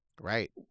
Right